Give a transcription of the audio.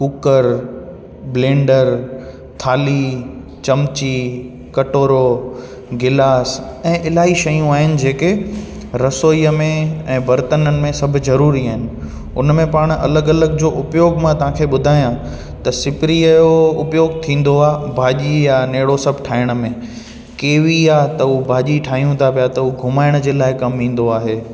cooker blender थाली चमची कटोरो गिलास ऐं इलाही शयूं आहिनि जेके रसोईअ में ऐं बर्तननि में सभु ज़रूरी आहिनि उन में पाण अलॻि अलॻि जो उपयोग मां तव्हांखे ॿुधाया त सिपरीअ जो उपयोग थींदो आहे भाॼी या नेड़ो सभु ठाहिण मे केवी आहे त उहा भाॼी ठाहियूं त पिया त उहो घुमाइण जे लाइ कमु ईंदो आहे